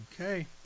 Okay